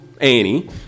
Annie